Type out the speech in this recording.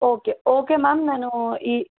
okay okay ma'am నేను ఈ